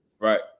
Right